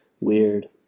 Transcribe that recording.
Weird